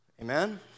Amen